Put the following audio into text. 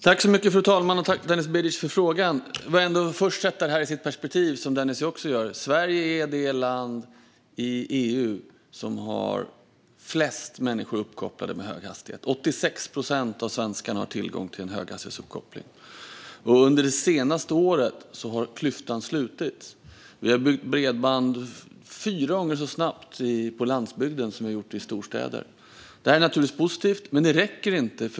Fru talman! Tack, Denis Begic, för frågan! Jag vill först sätta detta i perspektiv, vilket Denis också gör. Sverige är det land i EU där flest människor har uppkoppling med hög hastighet. 86 procent av svenskarna har tillgång till höghastighetsuppkoppling. Under det senaste året har klyftan slutits. Vi har byggt bredband fyra gånger så snabbt på landsbygden som i storstäder. Det är positivt. Men det räcker inte.